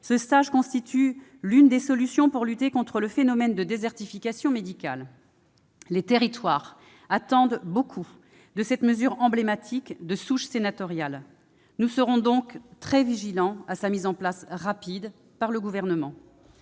ce stage constitue l'une des solutions pour lutter contre le phénomène de désertification médicale. Les territoires attendent beaucoup de cette mesure emblématique de souche sénatoriale. Nous serons donc très vigilants quant à sa mise en place rapide par le Gouvernement.